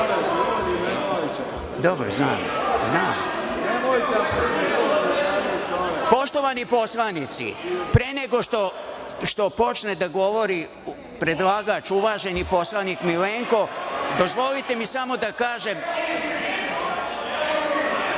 se nastavi.)Poštovani poslanici, pre nego što počne da govori predlagač, uvaženi poslanik Milenko, dozvolite mi samo da